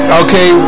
okay